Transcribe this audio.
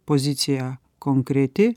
pozicija konkreti